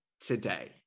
today